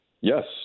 Yes